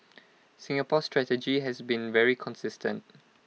Singapore's strategy has been very consistent